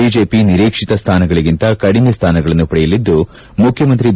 BJP ನಿರೀಕ್ಷಿತ ಸ್ಥಾನಗಳಗಿಂತ ಕಡಿಮೆ ಸ್ಥಾನಗಳನ್ನು ಪಡೆಯಲಿದ್ದು ಮುಖ್ಯಮಂತ್ರಿ ಬಿ